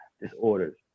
disorders